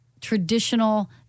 traditional